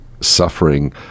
suffering